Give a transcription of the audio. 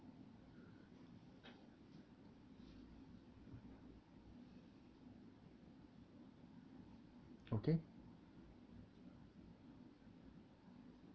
okay